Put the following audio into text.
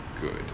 good